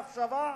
המחשבה,